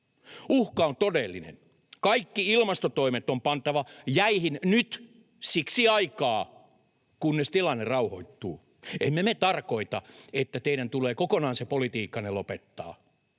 Uhka on todellinen. Kaikki ilmastotoimet on pantava jäihin nyt siksi aikaa, kunnes tilanne rauhoittuu. Emme me tarkoita, että teidän tulee kokonaan se politiikkanne lopettaa,